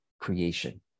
creation